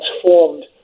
transformed